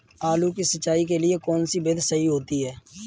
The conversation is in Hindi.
आलू की सिंचाई के लिए कौन सी विधि सही होती है?